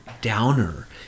Downer